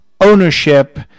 ownership